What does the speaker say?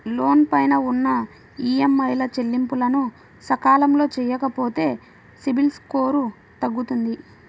లోను పైన ఉన్న ఈఎంఐల చెల్లింపులను సకాలంలో చెయ్యకపోతే సిబిల్ స్కోరు తగ్గుతుంది